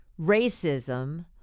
racism –